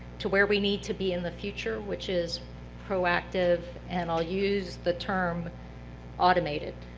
to where we need to be in the future, which is proactive and i'll use the term automated,